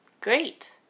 great